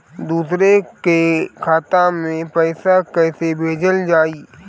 दूसरे के खाता में पइसा केइसे भेजल जाइ?